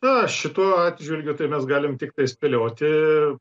na šituo atžvilgiu tai mes galim tiktai spėlioti